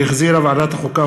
שהחזירה ועדת החוקה,